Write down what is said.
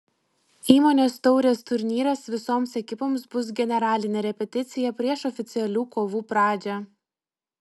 įmonės taurės turnyras visoms ekipoms bus generalinė repeticija prieš oficialių kovų pradžią